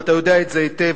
ואתה יודע את זה היטב.